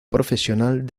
profesional